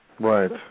Right